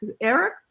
Eric